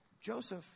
Joseph